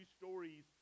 stories